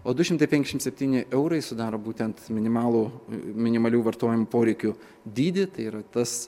o du šimtai penkiasdešim septyni eurai sudaro būtent minimalų minimalių vartojimo poreikių dydį tai yra tas